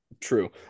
True